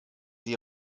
sie